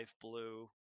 blue